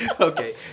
Okay